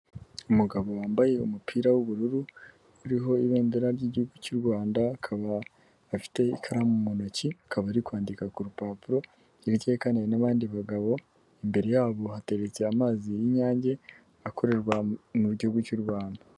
Umugabo wambaye umupira w'ubururu uriho ibendera ry'Igihugu cy'u Rwanda akaba afite ikaramu mu ntoki, akaba ari kwandika ku rupapuro, hirya ye kandi hari n'abandi bagabo, imbere yabo hateretse amazi y'inyange akorerwa mu gihugu cy'u Rwanda.